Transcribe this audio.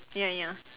ya ya